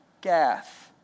Gath